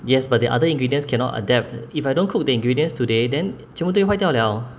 yes but the other ingredients cannot adapt if I don't cook the ingredients today then 全部都会坏掉了